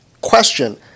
question